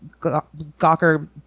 gawker